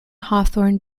hawthorn